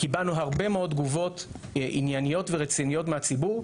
קיבלנו הרבה מאוד תגובות ענייניות ורציניות מהציבור,